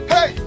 Hey